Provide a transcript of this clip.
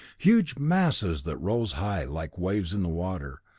huge masses that rose high, like waves in the water,